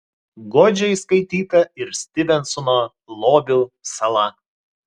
godžiai skaityta ir styvensono lobių sala